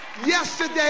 Yesterday